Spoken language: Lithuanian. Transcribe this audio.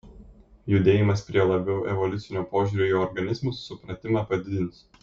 judėjimas prie labiau evoliucinio požiūrio į organizmus supratimą padidins